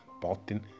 bolton